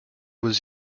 was